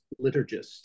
liturgist